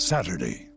Saturday